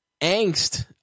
angst